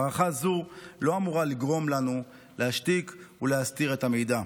הערכה זו לא אמורה לגרום לנו להשתיק ולהסתיר את המידע.